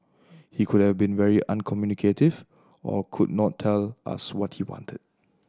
he could have been very uncommunicative or could not tell us what he wanted